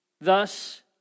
thus